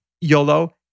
YOLO